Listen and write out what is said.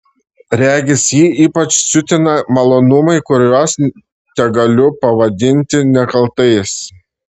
regis jį ypač siutina malonumai kuriuos tegaliu pavadinti nekaltais